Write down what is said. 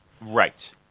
right